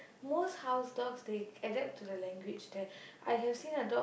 most house dog they adapt to the language that I have seen a dog